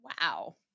Wow